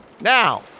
now